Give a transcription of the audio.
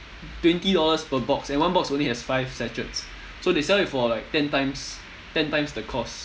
twenty dollars per box and one box only has five sachets so they sell it for like ten times ten times the cost